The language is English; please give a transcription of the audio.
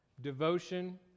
devotion